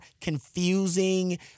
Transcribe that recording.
confusing